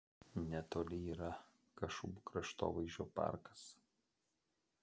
netoli yra kašubų kraštovaizdžio parkas